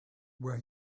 where